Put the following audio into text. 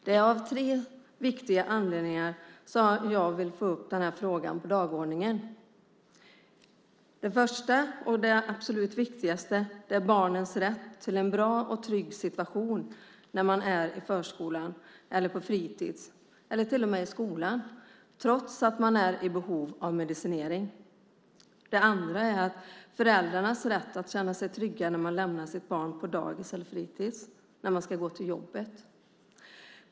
Det är av tre viktiga anledningar som jag vill få upp den här frågan på dagordningen. Det första och det absolut viktigaste är barnens rätt till en bra och trygg situation när de är i förskolan eller på fritids eller till och med i skolan trots att man är i behov av medicinering. Det andra är föräldrarnas rätt att känna sig trygga när de lämnar sitt barn på dagis eller fritids när de ska gå till jobbet.